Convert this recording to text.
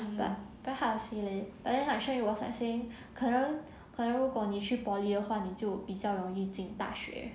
but very hard to say leh but then I share with wan han says 可是可是如果你去 poly 的话你就比较容易进大学